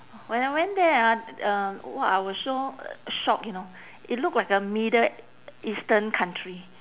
when I went there ah uh !wah! I was so shocked you know it look like a middle eastern country